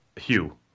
Hugh